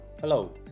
Hello